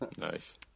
nice